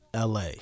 LA